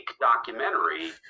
documentary